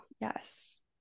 yes